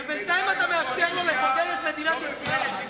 ובינתיים אתה מאפשר לו לבודד את מדינת ישראל.